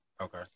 Okay